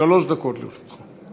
שלוש דקות לרשותך.